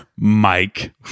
Mike